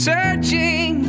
Searching